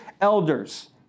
elders